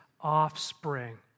offspring